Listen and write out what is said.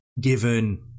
given